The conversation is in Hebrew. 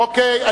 אוקיי,